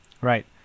Right